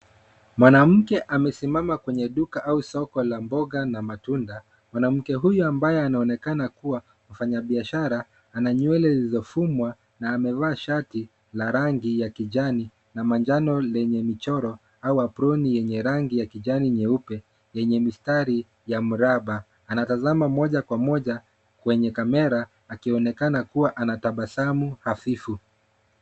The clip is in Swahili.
Mwanamke amesimama kwenye duka au soko la mboga na matunda. Mwanamke huyu ambaye anaonekana kuwa mfanya biashara ana nywele zilizofumwa na amevaa shati la rangi ya kijani na manjano lenye michoro au aproni yenye rangi ya kijani nyeupe yenye mistari ya mraba. Anatazama moja kwa moja kwenye kamera akionekana kuwa ana tabasamu hafifu.